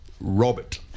Robert